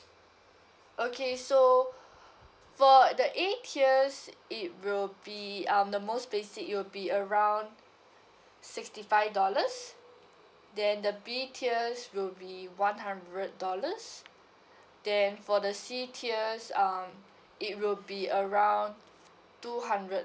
okay so for the A tiers it will be um the most basic it'll be around sixty five dollars then the B tiers will be one hundred dollars then for the C tiers um it will be around two hundred